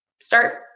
Start